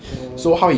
orh